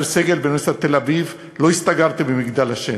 סגל באוניברסיטת תל-אביב לא הסתגרתי במגדל השן.